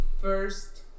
first